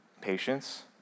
patience